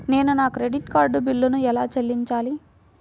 నేను నా credit card బిల్లును ఎలా చెల్లించాలీ?